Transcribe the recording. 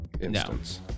instance